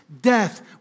death